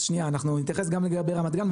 אנחנו נתייחס גם לגבי רמת גן.